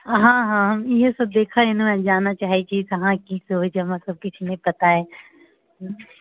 हँ हँ हम इहे सभ देखै एलहुँ हँ जानऽ चाहैत छी कहाँ की सभ होइत छै हमरा सभकेँ किछु नहि पता अइ